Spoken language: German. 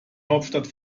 hauptstadt